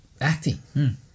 acting